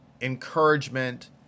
encouragement